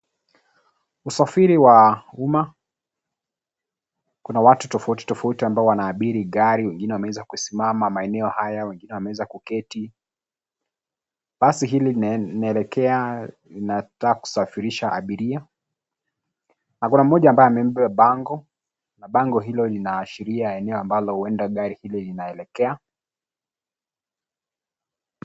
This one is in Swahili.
Usafiri wa umma. Kuna watu tofauti tofauti ambao wanaabiri gari. Wengine wameweza kusimama maeneo hayo. Wengine wameweza kuketi. Basi hili linaelekea, linataka kusafirisha abiria. Na kuna mmoja ambaye amebeba bango. Na bango hilo linaashiria eneo ambalo huenda gari hilo linaelekea.